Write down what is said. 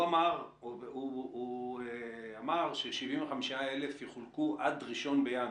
הוא אמר ש-75,000 יחולקו עד ראשון בינואר.